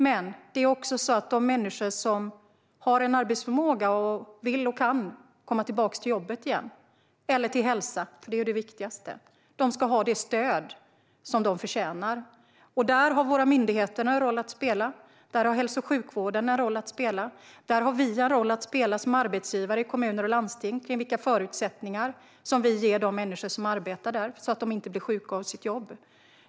Men de människor som har en arbetsförmåga och vill och kan komma tillbaka till jobbet igen eller till hälsa, som ju är det viktigaste, ska också ha det stöd som de förtjänar. Där har myndigheterna och hälso och sjukvården en roll att spela. Det har även vi som arbetsgivare i kommuner och landsting när det gäller vilka förutsättningar vi ger de människor som arbetar där, så att de inte blir sjuka av sitt jobb.